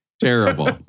terrible